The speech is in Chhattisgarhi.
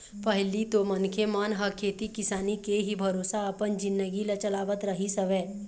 पहिली तो मनखे मन ह खेती किसानी के ही भरोसा अपन जिनगी ल चलावत रहिस हवय